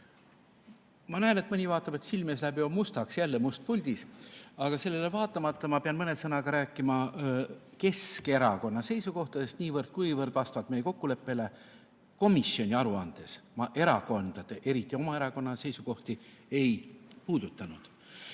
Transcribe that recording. Ma näen, et mõni vaatab ja silme ees läheb juba mustaks: jälle Must puldis! Aga sellele vaatamata pean ma mõne sõnaga rääkima Keskerakonna seisukohtadest, kuivõrd vastavalt meie kokkuleppele komisjoni aruandes ma erakondade, eriti oma erakonna seisukohti ei puudutanud. Ma